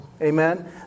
Amen